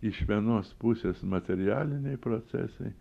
iš vienos pusės materialiniai procesai